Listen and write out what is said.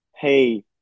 hey